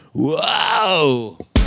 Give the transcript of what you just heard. Whoa